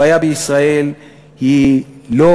הבעיה בישראל היא לא